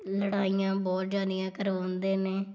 ਲੜਾਈਆਂ ਬਹੁਤ ਜਾਣੀਆਂ ਕਰਵਾਉਂਦੇ ਨੇ